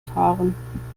fahren